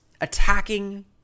attacking